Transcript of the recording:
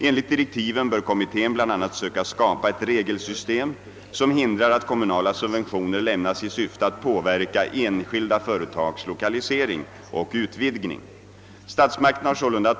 Enligt direktiven bör kommittén bl.a. söka skapa ett regelsystem som hindrar att kommunala subventioner lämnas i syfte att påverka enskilda företags 1okalisering och utvidgning.